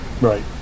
Right